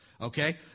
okay